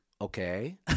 Okay